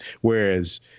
Whereas